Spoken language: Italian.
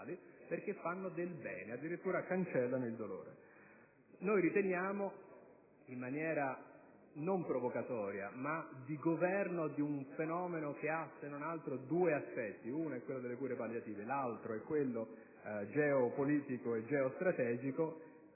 perché fanno del bene e addirittura cancellano il dolore. Noi riteniamo, in maniera non provocatoria, ma per il governo di un fenomeno che ha, se non altro, due aspetti, quello delle cure palliative e quello geopolitico e geostrategico,